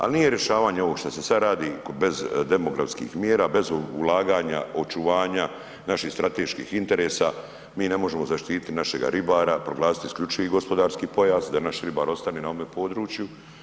Ali nije rješavanje ovoga što se sad radi bez demografskih mjera, bez ulaganja, očuvanja naših strateških interesa, mi ne možemo zaštiti našega ribara, proglasiti isključivi gospodarski pojas, da naš ribar ostane na ovome području.